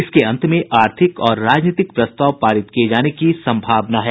इसके अंत में आर्थिक और राजनीतिक प्रस्ताव पारित किए जाने की संभावना है